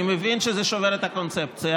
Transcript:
אני מבין שזה שובר את הקונספציה,